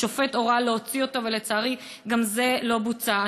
השופט הורה להוציא אותו, ולצערי, גם זה לא בוצע.